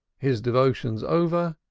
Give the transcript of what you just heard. his devotions over,